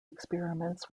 experiments